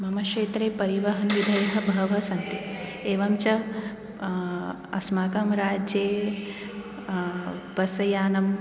मम क्षेत्रे परिवहनविधयः बहवः सन्ति एवञ्च अस्माकं राज्ये बस्यानं